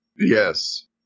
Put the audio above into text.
Yes